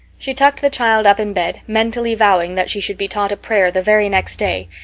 she tucked the child up in bed, mentally vowing that she should be taught a prayer the very next day,